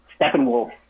Steppenwolf